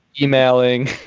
emailing